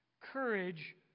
Courage